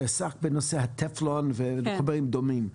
שעסק בנושא הטפלון וחומרים דומים.